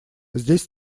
здесь